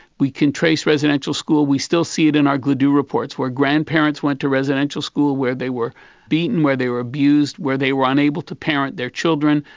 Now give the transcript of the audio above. we can trace residential school, we still see it in our gladue reports where grandparents went to residential school where they were beaten, where they were abused, where they were unable to parent their children,